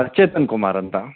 ಚೇತನ್ ಕುಮಾರ್ ಅಂತ